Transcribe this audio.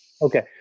Okay